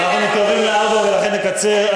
אנחנו מתקרבים לארבע ולכן אקצר.